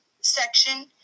section